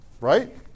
right